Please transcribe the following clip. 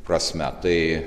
prasme tai